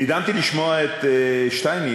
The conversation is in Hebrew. נדהמתי לשמוע את שטייניץ,